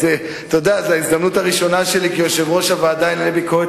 זאת ההזדמנות הראשונה שלי כיושב-ראש הוועדה לענייני ביקורת